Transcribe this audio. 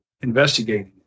investigating